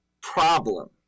problem